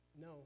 No